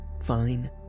fine